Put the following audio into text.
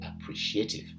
appreciative